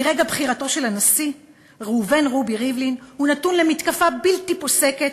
מרגע בחירתו של הנשיא ראובן רובי ריבלין הוא נתון למתקפה בלתי פוסקת,